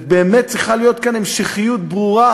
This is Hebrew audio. ובאמת צריכה להיות כאן המשכיות ברורה